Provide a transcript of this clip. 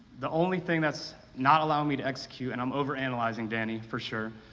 the only thing that's not allowing me to execute and i'm overanalyzing, danny, for sure,